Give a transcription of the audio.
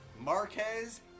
Marquez